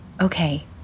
Okay